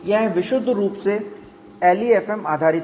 यह विशुद्ध रूप से LEFM आधारित है